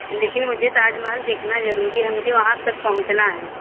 तो लेकिन मुझे ताजमहल देखना जरुरी है मुझे वहाँ तक पहुँचना है